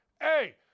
Hey